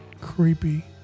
creepy